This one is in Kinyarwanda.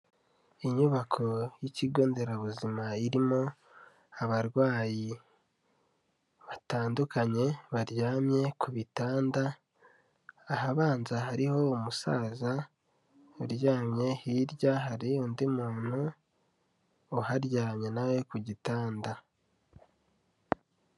Inyubako y'ikigo nderabuzima irimo abarwayi batandukanye baryamye ku bitanda, ahabanza hariho umusaza uryamye, hirya hari undi muntu uharyamye nawe ku gitanda.